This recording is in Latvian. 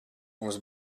mums